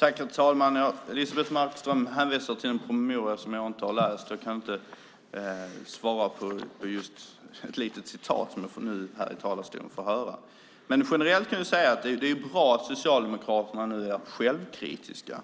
Herr talman! Elisebeht Markström hänvisar till en promemoria som jag inte har läst. Jag kan inte svara på frågor om ett litet citat som jag får höra här i talarstolen. Men generellt kan jag säga att det är bra att Socialdemokraterna nu är självkritiska.